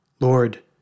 Lord